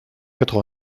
quatre